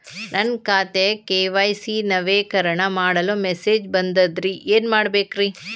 ನನ್ನ ಖಾತೆಯ ಕೆ.ವೈ.ಸಿ ನವೇಕರಣ ಮಾಡಲು ಮೆಸೇಜ್ ಬಂದದ್ರಿ ಏನ್ ಮಾಡ್ಬೇಕ್ರಿ?